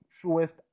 truest